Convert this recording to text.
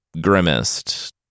grimaced